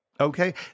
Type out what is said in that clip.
Okay